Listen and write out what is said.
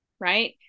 Right